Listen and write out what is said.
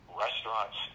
restaurants